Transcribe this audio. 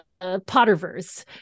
Potterverse